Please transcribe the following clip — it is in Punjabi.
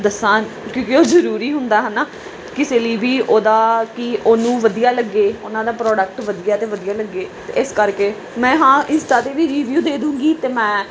ਦੱਸਾਂ ਕਿਉਂਕਿ ਉਹ ਜ਼ਰੂਰੀ ਹੁੰਦਾ ਹੈ ਨਾ ਕਿਸੇ ਲਈ ਵੀ ਉਹਦਾ ਕਿ ਉਹਨੂੰ ਵਧੀਆ ਲੱਗੇ ਉਹਨਾਂ ਦਾ ਪ੍ਰੋਡਕਟ ਵਧੀਆ ਅਤੇ ਵਧੀਆ ਲੱਗੇ ਇਸ ਕਰਕੇ ਮੈਂ ਹਾਂ ਇੰਸਟਾ 'ਤੇ ਵੀ ਰਿਵਿਊ ਦੇ ਦੂੰਗੀ ਅਤੇ ਮੈਂ